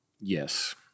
Yes